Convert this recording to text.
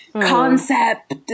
concept